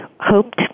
hoped